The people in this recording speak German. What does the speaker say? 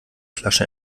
flasche